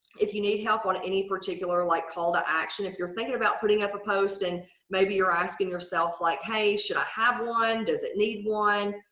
if you need help on any particular like call to action if you're thinking about putting up a post and maybe you're asking yourself like, hey, should i have one? does it need one?